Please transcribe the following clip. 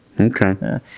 Okay